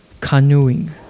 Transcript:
Canoeing